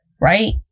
Right